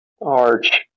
Arch